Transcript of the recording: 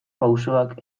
pausoak